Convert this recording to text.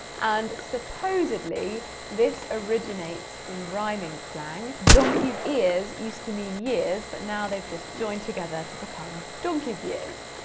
and supposedly this originates from rhyming slang, donkey's ears used to mean years but now they've just joined together to become donkey's years.